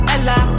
Ella